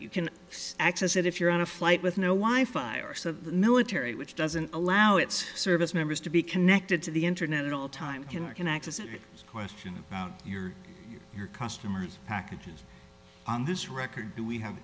you can access it if you're on a flight with no why fire so the military which doesn't allow its service members to be connected to the internet at all times can or can access it question your your customers packages on this record do we have